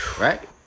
Right